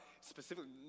specifically